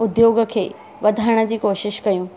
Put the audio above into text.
उद्योग खे वधाइण जी कोशिश कयूं